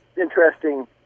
interesting